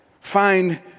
Find